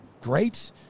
great